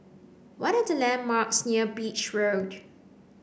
what are the landmarks near Beach Road